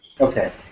Okay